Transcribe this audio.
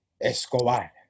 Escobar